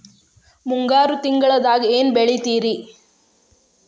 ಮುಂಗಾರು ತಿಂಗಳದಾಗ ಏನ್ ಬೆಳಿತಿರಿ?